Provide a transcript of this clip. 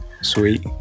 Sweet